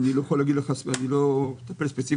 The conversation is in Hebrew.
אני לא מטפל בזה ספציפית.